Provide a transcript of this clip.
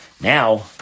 Now